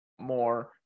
more